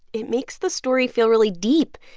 it makes the story feel really deep.